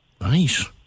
Nice